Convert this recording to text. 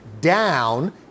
down